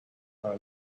are